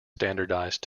standardized